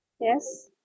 Yes